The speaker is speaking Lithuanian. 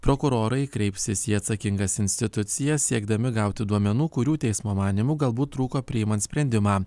prokurorai kreipsis į atsakingas institucijas siekdami gauti duomenų kurių teismo manymu galbūt trūko priimant sprendimą